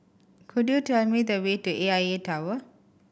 could you tell me the way to A I A Tower